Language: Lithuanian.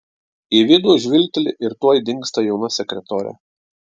į vidų žvilgteli ir tuoj dingsta jauna sekretorė